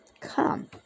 come